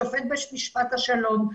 שופט בית משפט השלום,